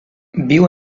viu